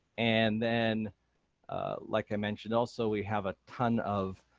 and then like i mentioned also, we have a ton of